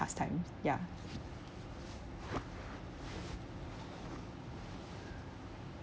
pastime ya